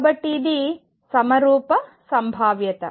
కాబట్టి ఇది సమరూప సంభావ్యత